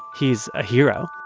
he's a hero